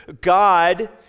God